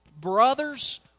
brothers